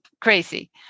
crazy